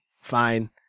fine